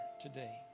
today